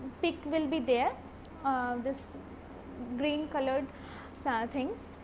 peak will be there um this green colored so things.